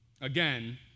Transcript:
again